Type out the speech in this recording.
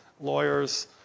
lawyers